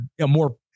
more